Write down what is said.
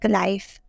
life